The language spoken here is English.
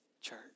church